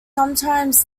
sometimes